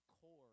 core